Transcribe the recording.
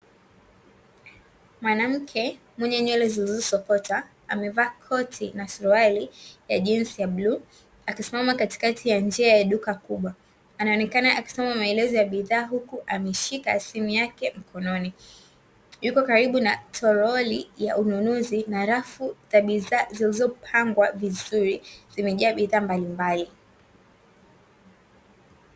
Mwanamke mwenye nywele zilizosokotwa amevaa koti na suruali ya jinsi ya bluu, akisimama katikati ya njia ya duka kubwa anaonekana akisoma maelezo ya bidhaa uku akiwa ameshika simu yake mkononi, yupko karibu na tolori la ununuzi na rafu za bidhaa zilizopangwa vizuri zimejaa bidhaa mbalimbali.